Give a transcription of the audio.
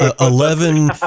Eleven